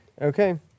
Okay